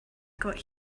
got